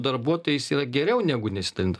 darbuotojais yra geriau negu nesidalint